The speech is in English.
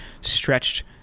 stretched